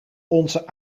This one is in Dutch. onze